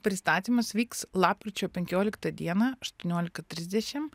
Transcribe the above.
pristatymas vyks lapkričio penkioliktą dieną aštuoniolika trisdešimt